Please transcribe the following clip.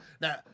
now